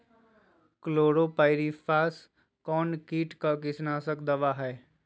Chlorpyrifos कौन किट का कीटनाशक दवा है?